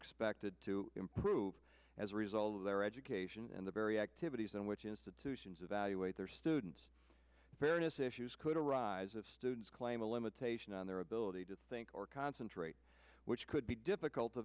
expected to improve as a result of their education and the very activities in which institutions evaluate their students paris issues could arise of students claim a limitation on their ability to think or concentrate which could be difficult to